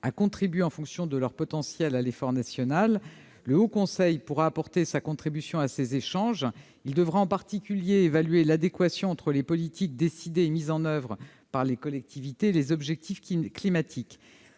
à contribuer en fonction de leur potentiel à l'effort national. Le Haut Conseil pour le climat pourra apporter sa contribution à ces échanges. Il devra en particulier évaluer l'adéquation entre les politiques décidées et mises en oeuvre par les collectivités et les objectifs climatiques.